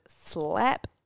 slap